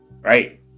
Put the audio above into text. right